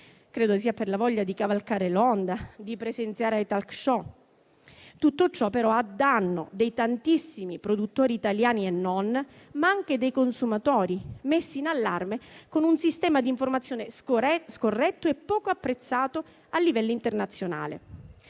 Credo sia per la voglia di cavalcare l'onda e di presenziare ai *talk show*. Tutto ciò, però, a danno dei tantissimi produttori italiani e non, ma anche dei consumatori, messi in allarme con un sistema di informazione scorretto e poco apprezzato a livello internazionale.